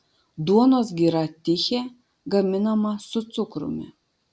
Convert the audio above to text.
duonos gira tichė gaminama su cukrumi